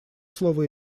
слово